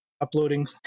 Uploading